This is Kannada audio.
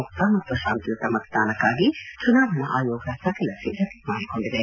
ಮುಕ್ತ ಮತ್ತು ಶಾಂತಿಯುತ ಮತದಾನಕ್ಕಾಗಿ ಚುನಾವಣಾ ಆಯೋಗ ಸಕಲ ಸಿದ್ದತೆ ಮಾಡಿಕೊಂಡಿದೆ